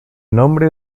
nombre